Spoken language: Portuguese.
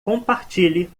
compartilhe